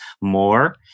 more